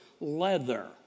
leather